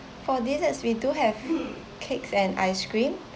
for desserts we do have cakes and ice cream